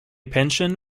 pension